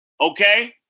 Okay